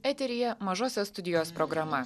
eteryje mažosios studijos programa